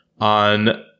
on